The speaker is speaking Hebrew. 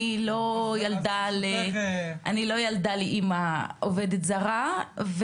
אני לא ילדה לאמא עובדת זרה,